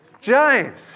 James